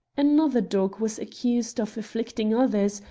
another dog was accused of afflicting others,